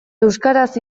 euskaraz